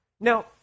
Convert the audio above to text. Now